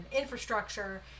infrastructure